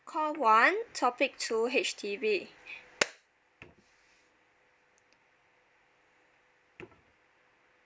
call one topic two H_D_B